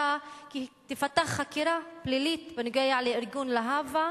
כי תיפתח חקירה פלילית בנוגע לארגון להב"ה